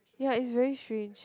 ya it's very strange